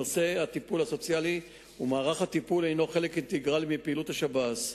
נושא הטיפול הסוציאלי ומערך הטיפול הוא חלק אינטגרלי של פעילות השב"ס.